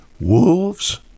wolves